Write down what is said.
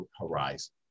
horizon